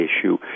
issue